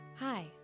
Hi